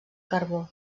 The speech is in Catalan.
carbó